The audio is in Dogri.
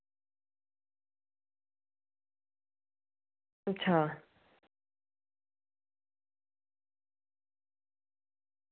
अच्छा